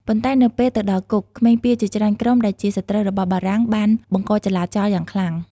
ប៉ុន្តែនៅពេលទៅដល់គុក ក្មេងពាលជាច្រើនក្រុមដែលជាសត្រូវរបស់បារាំងបានបង្កភាពចលាចលយ៉ាងខ្លាំង។